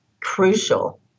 crucial